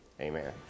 Amen